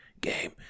game